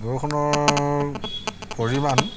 বৰষুণৰ পৰিমাণ